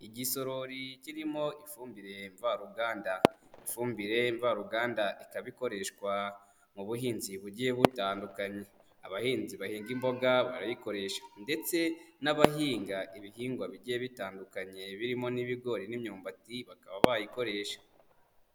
Igisorori kirimo ifumbire mvaruganda. Ifumbire mvaruganda ikaba ikoreshwa, mu buhinzi bugiye butandukanye. Abahinzi bahinga imboga barayikoresha, ndetse n'abahinga ibihingwa bigiye bitandukanye, birimo n'ibigori n'imyumbati bakaba bayikoresha.